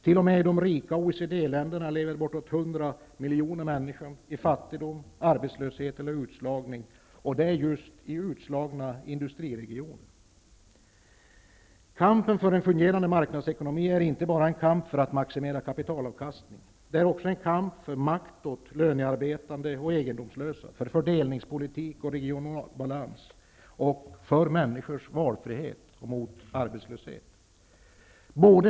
T.o.m. i de rika OECD-länderna lever bortåt 100 miljoner människor i fattigdom, arbetslöshet och utslagning, och ofta lever de just i utslagna industriregioner. Kampen för en fungerande marknadsekonomi är inte bara en kamp för att maximera kapitalavkastningen. Det är också en kamp för makt åt de lönearbetande och egendomslösa, för fördelningspolitik och regional balans och för människors valfrihet och mot arbetslöshet.